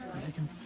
as you can